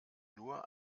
nur